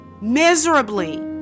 miserably